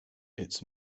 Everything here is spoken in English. its